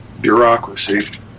bureaucracy